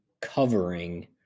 covering